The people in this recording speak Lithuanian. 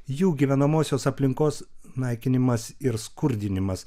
jų gyvenamosios aplinkos naikinimas ir skurdinimas